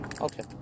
Okay